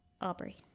Aubrey